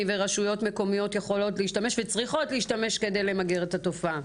ורשויות מקומיות צריכות להשתמש ויכולות להשתמש כדי למגר את התופעה.